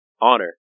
honor